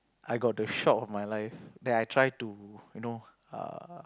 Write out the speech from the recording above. I got the shock of my life that I try to you know err